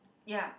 ya